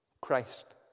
Christ